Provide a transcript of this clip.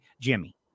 Jimmy